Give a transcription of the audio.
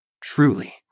Truly